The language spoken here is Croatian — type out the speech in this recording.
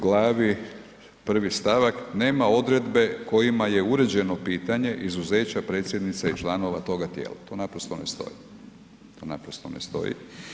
Glavi, 1. stavak, nema odredbe kojima je uređeno pitanje izuzeća predsjednice i članova toga tijela, to naprosto ne stoji, to naprosto ne stoji.